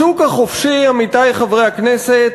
השוק החופשי, עמיתי חברי הכנסת,